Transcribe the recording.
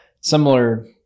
similar